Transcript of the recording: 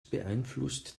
beeinflusst